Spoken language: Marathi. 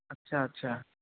अच्छा अच्छा